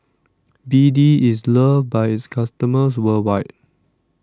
B D IS loved By its customers worldwide